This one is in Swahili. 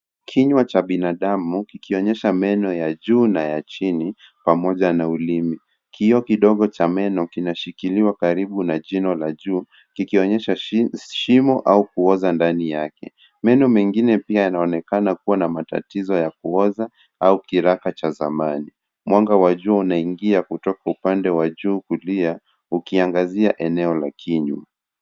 Kinywa cha binadamu kikionyesha meno ya juu na ya chini pamoja na ulimi. Kioo kidogo cha meno kinashikiliwa karibu na jino la juu kikionyesha shimo au kuoza ndani yake. Meno mengine pia yanaonekana kuwa na matatizo ya kuoza au kiraka cha zamani. Mwanga wa jua unaingia kutoka upande wa juu kulia ukiangazia eneo la kinywa.